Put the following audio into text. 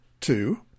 Two